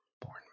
Born